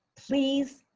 please,